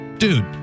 Dude